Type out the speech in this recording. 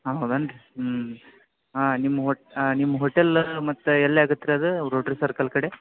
ಹಾಂ ಹೌದಾನು ರೀ ಹ್ಞೂ ಹಾಂ ನಿಮ್ಮ ಹೋಟ್ ನಿಮ್ಮ ಹೋಟೆಲ್ ಮತ್ತೆ ಎಲ್ಲಿ ಆಗತ್ತೆ ರೀ ಅದು ರೋಟ್ರಿ ಸರ್ಕಲ್ ಕಡೆ